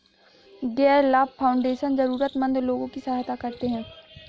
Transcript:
गैर लाभ फाउंडेशन जरूरतमन्द लोगों की सहायता करते हैं